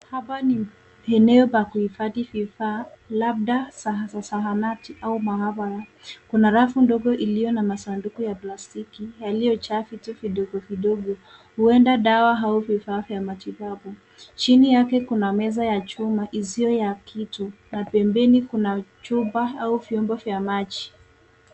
Hapa ni eneo pa kuhifadhi vifaa , labda za zahanati au maabara . Kuna rafu ndogo iliyo na masanduku ya plastiki yaliyojaa vitu vidogo vidogo, huenda dawa au vifaa vya matibabu. Chini yake kuna meza ya chuma isiyo ya kitu na pembeni kuna chupa au vyombo vya maji.